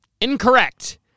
Incorrect